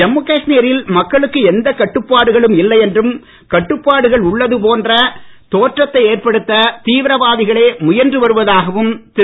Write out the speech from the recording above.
ஜம்மு காஷ்மீ ரில் மக்களுக்கு எந்தக் கட்டுப்பாடுகளும் இல்லை என்றும் கட்டுப்பாடுகள் உள்ளது போன்ற தோற்றத்தை ஏற்படுத்த தீவிரவாதிகளே முயன்று வருவதாகவும் திரு